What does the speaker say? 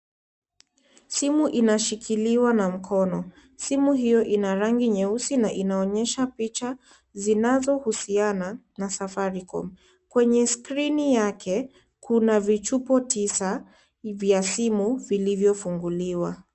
Simu inashikiliwa na mkono. Simu hiyo inarangi nyeusi na inaonyesha picha zinazo husiana na Safaricom. Kwenye skrini yake kuna vichupo tisa vya simu vilivyo funguliwa.